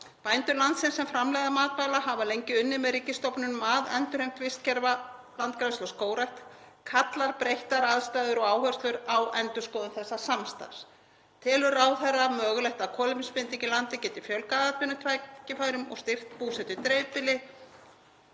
Bændur landsins sem framleiða matvæli hafa lengi unnið með ríkisstofnunum að endurheimt vistkerfa, landgræðslu og skógrækt. Kalla breyttar aðstæður og áherslur á endurskoðun þessa samstarfs? Telur ráðherra mögulegt að kolefnisbinding í landi geti fjölgað atvinnutækifærum og styrkt búsetu í dreifbýli?